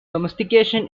domestication